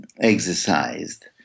exercised